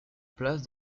place